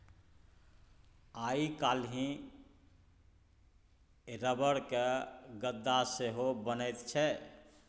आइ काल्हि रबरक गद्दा सेहो बनैत छै